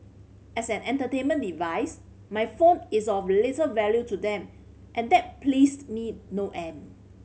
as an entertainment device my phone is of little value to them and that pleased me no end